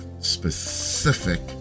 specific